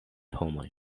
homoj